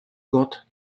got